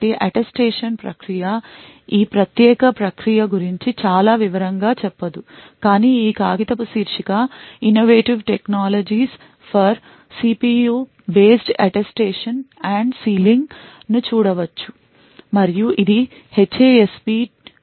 కాబట్టి అటెస్టేషన్ ప్రక్రియ ఈ ప్రత్యేక ప్రక్రియ గురించి చాలా వివరంగా చెప్పదు కాని ఈ కాగితపు శీర్షిక "innovative technologies for CPU based attestation and sealing" ను చూడవచ్చు మరియు ఇది HASP 2015 లో ప్రచురించబడింది ధన్యవాదాలు